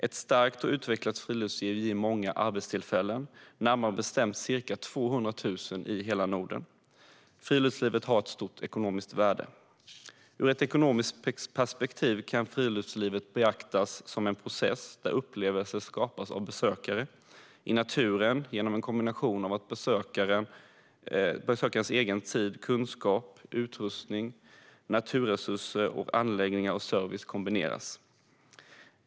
Ett starkt och utvecklat friluftsliv ger många arbetstillfällen, närmare bestämt ca 200 000 i hela Norden. Friluftslivet har ett stort ekonomiskt värde. Ur ett ekonomiskt perspektiv kan friluftslivet betraktas som en process där upplevelser skapas av besökare i naturen genom en kombination av besökarens egen tid, kunskap och utrustning och naturresurser, anläggningar och service.